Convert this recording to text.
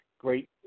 Great